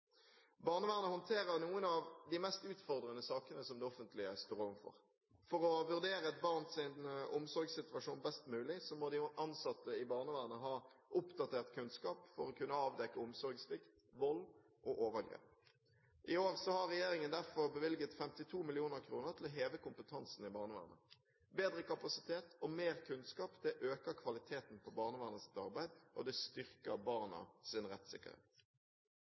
barnevernet vårt, det kommunale barnevernet, kraftig. Barnevernet håndterer noen av de mest utfordrende sakene som det offentlige står overfor. For å vurdere et barns omsorgssituasjon best mulig må de ansatte i barnevernet ha oppdatert kunnskap for å kunne avdekke omsorgssvikt, vold og overgrep. I år har regjeringen derfor bevilget 52 mill. kr til å heve kompetansen i barnevernet. Bedre kapasitet og mer kunnskap øker kvaliteten på barnevernets arbeid, og det styrker barnas rettssikkerhet.